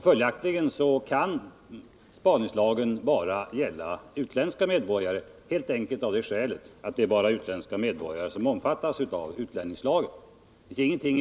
Följaktligen kan spaningslagen bara gälla utländska medborgare, helt enkelt av det skälet att det bara är utländska medborgare som omfattas av utlänningslagen.